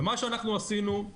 מה שאנחנו עשינו,